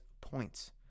points